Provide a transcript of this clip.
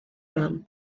mam